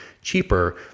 cheaper